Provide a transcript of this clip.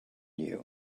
you